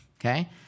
okay